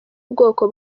ubwoko